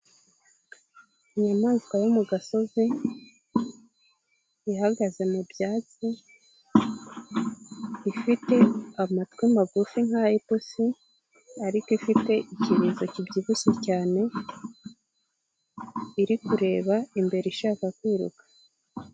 Inyamaswa yo mu gasozi ihagaze mu byatsi, ifite amatwi magufi nk'ay'ipusi, ariko ifite ikirizo kibyibushye cyane iri kureba imbere ishaka kwiruka.